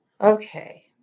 Okay